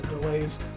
delays